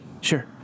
sure